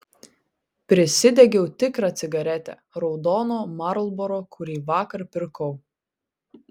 prisidegiau tikrą cigaretę raudono marlboro kurį vakar pirkau